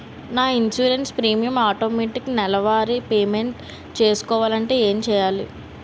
నా insurance premium automatic నెలవారి payment చేసుకోవాలంటే ఏంటి చేయాలి?